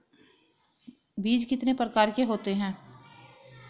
बीज कितने प्रकार के होते हैं?